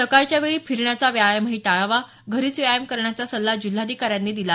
सकाळच्या वेळी फिरण्याचा व्यायामही टाळावा घरीच व्यायाम करण्याचा सल्ला जिल्हाधिकाऱ्यांनी दिला